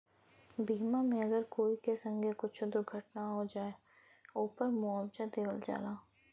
बीमा मे अगर कोई के संगे कुच्छो दुर्घटना हो जाए, ओपर मुआवजा देवल जाला